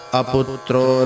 aputro